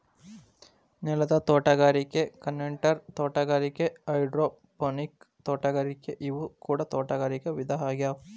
ನೆಲದ ತೋಟಗಾರಿಕೆ ಕಂಟೈನರ್ ತೋಟಗಾರಿಕೆ ಹೈಡ್ರೋಪೋನಿಕ್ ತೋಟಗಾರಿಕೆ ಇವು ಕೂಡ ತೋಟಗಾರಿಕೆ ವಿಧ ಆಗ್ಯಾವ